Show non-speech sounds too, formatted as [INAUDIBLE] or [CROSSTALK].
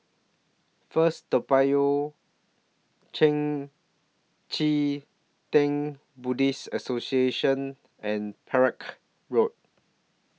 First Toa Payoh [UNINTELLIGIBLE] Chee Tng Buddhist Association and Perak Road